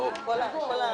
מכתב של